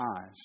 eyes